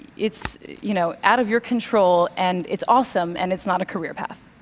it's you know out of your control, and it's awesome, and it's not a career path.